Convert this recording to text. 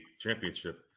championship